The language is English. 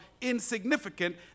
insignificant